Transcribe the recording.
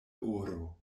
oro